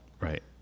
Right